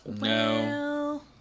No